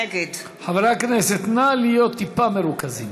נגד חברי הכנסת, נא להיות טיפה מרוכזים.